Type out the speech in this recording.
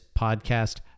podcast